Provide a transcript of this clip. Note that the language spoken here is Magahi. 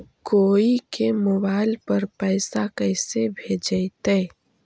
कोई के मोबाईल पर पैसा कैसे भेजइतै?